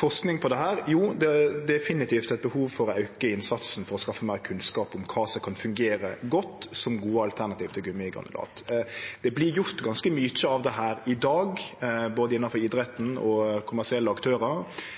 forsking på dette: Jo, det er definitivt eit behov for å auke innsatsen for å skaffe meir kunnskap om kva som kan fungere godt som gode alternativ til gummigranulat. Det vert gjort ganske mykje av dette i dag, innanfor både